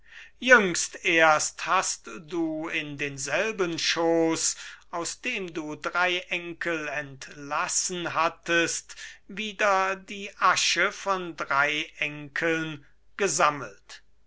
jüngst erst hast du in denselben schoos aus dem du drei enkel entlassen hattest wieder die asche von drei enkeln gesammelt